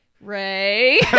Ray